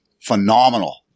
phenomenal